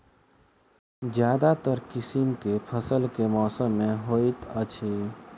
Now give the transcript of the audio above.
ज्यादातर किसिम केँ फसल केँ मौसम मे होइत अछि?